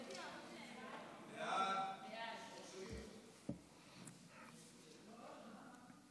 ההצעה להעביר את הצעת חוק הגז הפחמימני המעובה,